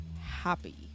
happy